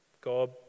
God